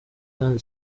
kandi